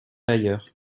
ailleurs